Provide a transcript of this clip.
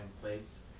place